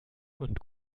und